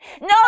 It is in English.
No